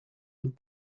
with